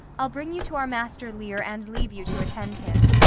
i'll bring you to our master lear and leave you to attend him.